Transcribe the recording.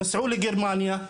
לגרמניה,